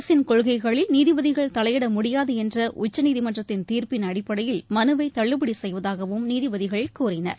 அரசின் கொள்கைகளில் நீதிபதிகள் தலையிட முடியாது என்ற உச்சநீதிமன்றத்தின் தீர்ப்பின் அடிப்படையில் மனுவை தள்ளுபடி செய்வதாகவும் நீதிபதிகள் கூறினார்